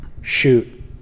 shoot